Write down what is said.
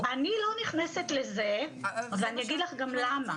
אני לא נכנסת לזה ואני אגיד לך גם למה.